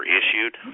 issued